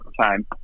time